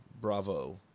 Bravo